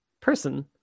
person